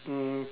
um